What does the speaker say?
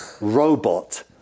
robot